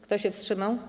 Kto się wstrzymał?